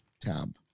tab